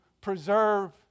preserve